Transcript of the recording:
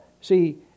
see